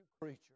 creature